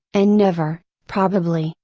and never, probably,